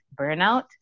burnout